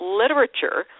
literature